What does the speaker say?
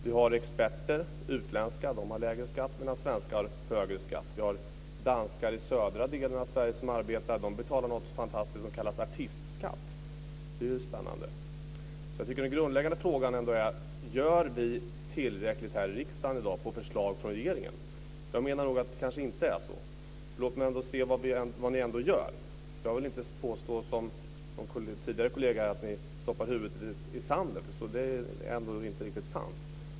Utländska experter har lägre skatt, medan svenskar har högre skatt. I södra delen av Sverige arbetar danskar som betalar någonting fantastiskt som kallas artistskatt. Det är ju spännande. Jag tycker att den grundläggande frågan är om vi gör tillräckligt här i riksdagen i dag på förslag från regeringen. Jag menar nog att det inte är så. Låt oss ändå se vad ni gör. Jag vill inte påstå, som de tidigare kollegerna här, att ni stoppar huvudet i sanden. Det är inte riktigt sant.